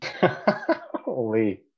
Holy